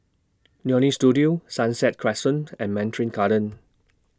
Leonie Studio Sunset Crescent and Mandarin Gardens